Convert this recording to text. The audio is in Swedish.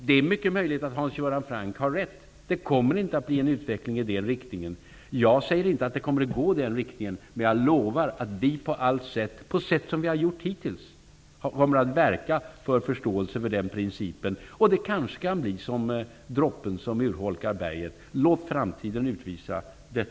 Det är mycket möjligt att Hans Göran Franck har rätt, att det inte kommer att bli någon sådan utveckling. Jag säger inte att det kommer att bli det. Men jag lovar att vi, på alla sätt, som vi har gjort hittills, kommer att verka för förståelse för den principen. Det kanske kan bli som droppen som urholkar berget. Låt framtiden utvisa det.